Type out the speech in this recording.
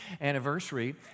anniversary